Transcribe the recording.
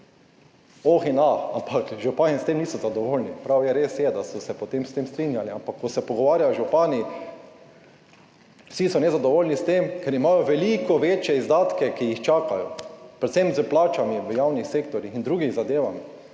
Oh in ah, ampak župani s tem niso zadovoljni. Res je, da so se potem s tem strinjali, ampak ko se pogovarjajo z župani, vsi so nezadovoljni s tem, ker imajo veliko večje izdatke, ki jih čakajo, predvsem s plačami v javnih sektorjih in drugimi zadevami,